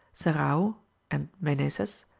serrao and meneses,